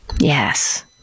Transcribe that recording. Yes